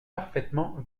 parfaitement